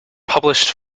published